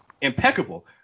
impeccable